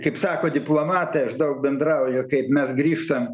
kaip sako diplomatai aš daug bendrauju ir kaip mes grįžtam